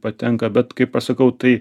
patenka bet kaip aš sakau tai